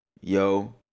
yo